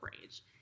rage